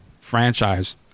franchise